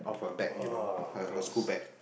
ah gross